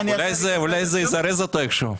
אולי זה יזרז אותו איך שהוא.